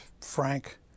Frank